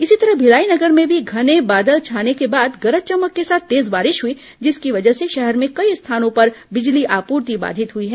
इसी तरह भिलाई नगर में भी घने बादल छाने के बाद गरज चमक के साथ तेज बारिश हुई जिसकी वजह से शहर में कई स्थानों पर बिजली आपूर्ति बाधित हुई है